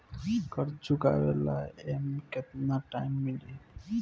कर्जा चुकावे ला एमे केतना टाइम मिली?